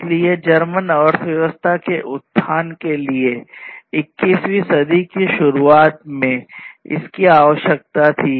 इसलिए जर्मन अर्थव्यवस्था के उत्थान के लिए 21 वीं सदी की शुरुआत में इसकी आवश्यकता थी